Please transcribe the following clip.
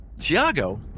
Tiago